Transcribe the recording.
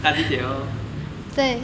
搭地铁 lor